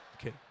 Okay